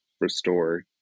restore